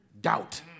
Doubt